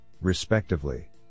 respectively